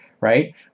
right